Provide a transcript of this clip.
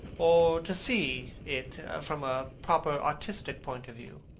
or to see it from a proper artistic point of view.